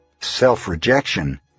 Self-rejection